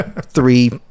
Three